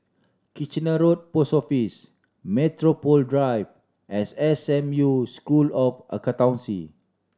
Kitchener Road Post Office Metropole Drive and S M U School of Accountancy